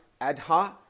Adha